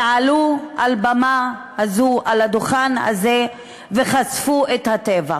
ועלו על הבמה הזאת, על הדוכן הזה, וחשפו את הטבח.